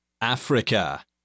Africa